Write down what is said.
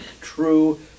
true